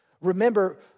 Remember